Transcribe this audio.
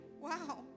wow